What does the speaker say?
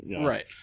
right